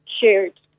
shared